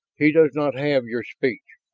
he does not have your speech.